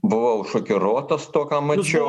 buvau šokiruotas to ką mačiau